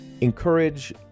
encourage